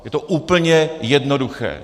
Je to úplně jednoduché.